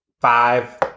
Five